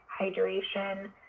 hydration